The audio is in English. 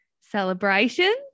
celebration